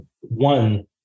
one